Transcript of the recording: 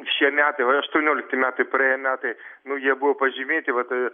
šie metai va jau aštuoniolikti metai praėję metai nu jie buvo pažymėti vat